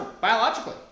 biologically